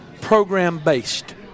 program-based